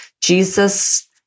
Jesus